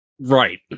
Right